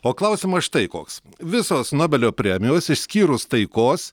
o klausiama štai koks visos nobelio premijos išskyrus taikos